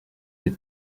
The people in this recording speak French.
des